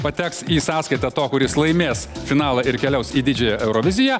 pateks į sąskaitą to kuris laimės finalą ir keliaus į didžiąją euroviziją